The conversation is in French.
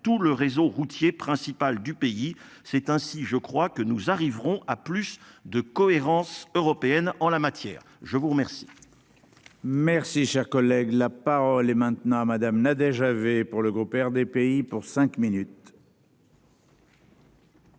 tout le réseau routier principal du pays. C'est ainsi, je crois que nous arriverons à plus de cohérence européenne en la matière. Je vous remercie. Merci, cher collègue, la parole est maintenant à madame Nadège avait pour le groupe RDPI pour cinq minutes.